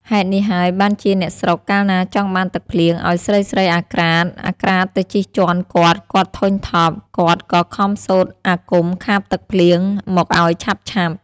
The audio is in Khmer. ហេតុនេះហើយ បានជាអ្នកស្រុក កាលណាចង់បានទឹកភ្លៀង ឲ្យស្រីៗអាក្រាតៗទៅជិះជាន់គាត់ៗ ធុញថប់ គាត់ក៏ខំសូត្រអាគមខាបទឹកភ្លៀងមកឲ្យឆាប់ៗ។